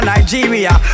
Nigeria